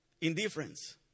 Indifference